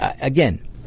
again